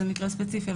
זה מקרה ספציפי,